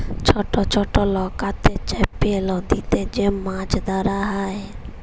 ছট ছট লকাতে চাপে লদীতে যে মাছ ধরা হ্যয়